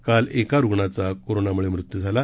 काल एका रुग्णाचा कोरोनामुळे मृत्यू झाला